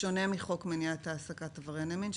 בשונה מחוק מניעת העסקת עברייני מין,